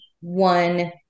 one